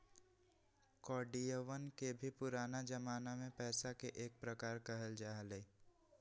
कौडियवन के भी पुराना जमाना में पैसा के एक प्रकार कहल जा हलय